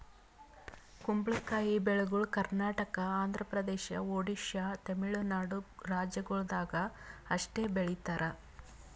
ಕುಂಬಳಕಾಯಿ ಬೆಳಿಗೊಳ್ ಕರ್ನಾಟಕ, ಆಂಧ್ರ ಪ್ರದೇಶ, ಒಡಿಶಾ, ತಮಿಳುನಾಡು ರಾಜ್ಯಗೊಳ್ದಾಗ್ ಅಷ್ಟೆ ಬೆಳೀತಾರ್